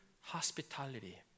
hospitality